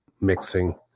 mixing